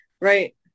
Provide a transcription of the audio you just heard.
right